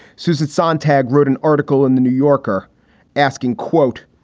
susan sontag wrote an article in the new yorker asking, quote,